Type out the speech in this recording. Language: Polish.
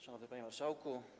Szanowny Panie Marszałku!